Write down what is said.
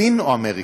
סין או אמריקה,